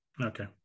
Okay